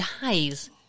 dies